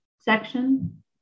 section